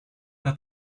pas